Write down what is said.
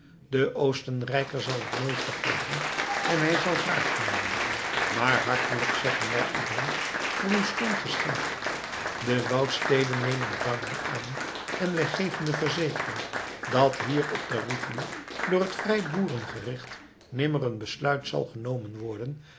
de oostenrijker zal het nooit vergeten en hij zal wraak nemen maar hartelijk zeggen wij u dank voor uw schoon geschenk de woudsteden nemen het dankbaar aan en wij geven de verzekering dat hier op de rütli door het vrijboeren gericht nimmer een besluit zal genomen worden